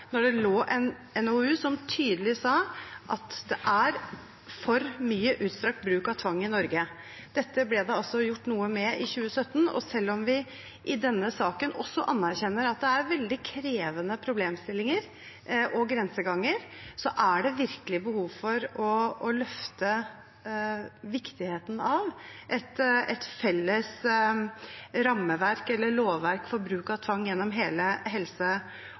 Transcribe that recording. det forelå en NOU som tydelig sa at det er for mye bruk av tvang i Norge. Dette ble det altså gjort noe med i 2017. Og selv om vi i denne saken også anerkjenner at det er veldig krevende problemstillinger og grenseganger, er det virkelig behov for å løfte viktigheten av et felles rammeverk eller lovverk for bruk av tvang gjennom hele helse